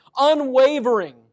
unwavering